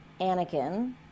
Anakin